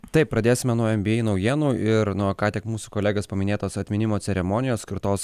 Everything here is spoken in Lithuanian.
taip pradėsime nuo nba naujienų ir nuo ką tik mūsų kolegės paminėtos atminimo ceremonijos skirtos